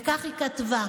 וכך היא כתבה: